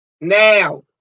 Now